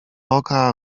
oka